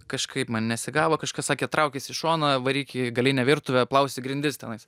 kažkaip man nesigavo kažkas sakė traukis į šoną varyk į galinę virtuvę plausi grindis tenais